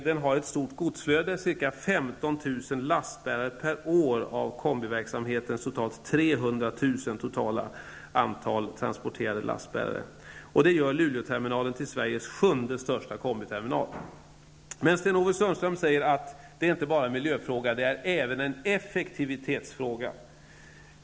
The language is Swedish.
Den har ett stort godsflöde, ca 15 000 Sten-Ove Sundström sade att detta inte bara är en miljöfråga utan även en effektivitetsfråga.